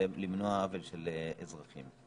למנוע עוול של אזרחים.